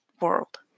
world